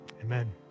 Amen